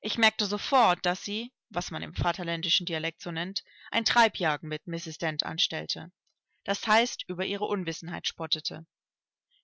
ich merkte sofort daß sie was man im vaterländischen dialekt so nennt ein treibjagen mit mrs dent an stellte das heißt über ihre unwissenheit spottete